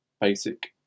basic